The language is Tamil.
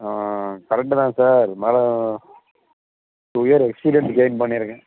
ஆ கரெக்ட்டு தான் சார் இருந்தாலும் டூ இயர் எக்ஸ்பீரியன்ஸ் கெயின் பண்ணியிருக்கேன்